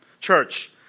Church